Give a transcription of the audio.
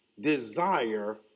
desire